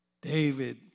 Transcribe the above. David